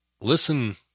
listen